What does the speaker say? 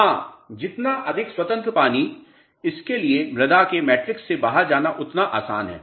हां जितना अधिक स्वतन्त्र पानी इसके लिए मृदा के मैट्रिक्स से बाहर जाना उतना आसान है